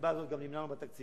ומהסיבה הזאת גם נמענו בתקציב,